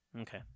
Okay